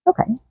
okay